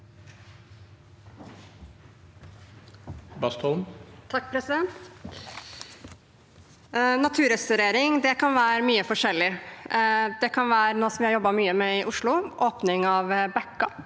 Naturrestaure- ring kan være mye forskjellig. Det kan være noe vi har jobbet mye med i Oslo: åpning av bekker